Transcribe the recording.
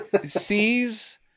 sees